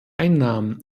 einnahmen